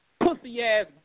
pussy-ass